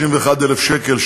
31,000 שקל,